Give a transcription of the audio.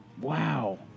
Wow